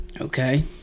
Okay